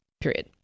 period